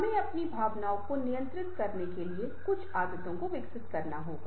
हमें अपनी भावनाओं को नियंत्रित करने के लिए कुछ आदतों को विकसित करना होगा